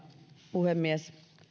puhemies